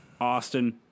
Austin